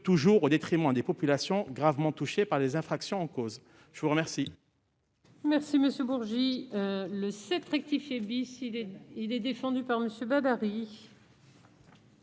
toujours au détriment des populations gravement touchées par les infractions en cause. L'amendement